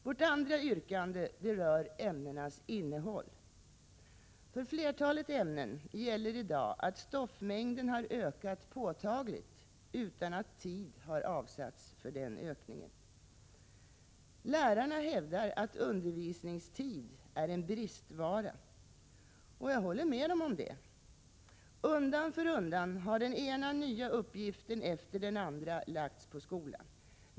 Vårt andra yrkande rör ämnenas innehåll. För flertalet ämnen gäller i dag att stoffmängden har ökat påtagligt utan att tid har avsatts för den ökningen. Lärarna hävdar att undervisningstid är en bristvara. Jag håller med dem om det. Undan för undan har den ena nya uppgiften efter den andra lagts på skolan.